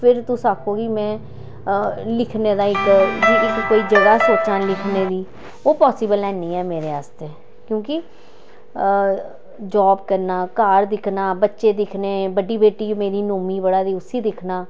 फिर तुस आक्खो कि में लिखने दा इक इक कोई जगह् सोचानी लिखने दी ओह् पॉसिबल ऐनी ऐ मेरे आस्तै क्योंकि जॉब करना घर दिक्खना बच्चे दिक्खने बड्डी बेटी मेरी नौमीं पढ़ा दी उसी दिक्खना